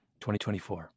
2024